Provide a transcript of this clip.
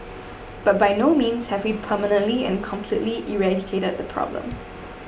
but by no means have we permanently and completely eradicated the problem